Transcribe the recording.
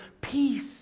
peace